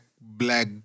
Black